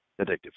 addictive